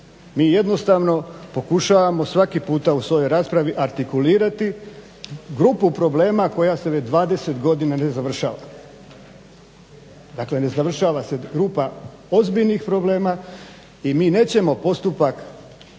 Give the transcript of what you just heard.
Mi jednostavno pokušavamo svaki puta u svojoj raspravi artikulirati grupu problema koja se već 20 godina ne završava. Dakle se ne završava se grupa ozbiljnih problema i mi nećemo postupak